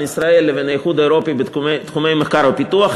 ישראל לבין האיחוד האירופי בתחומי מחקר ופיתוח.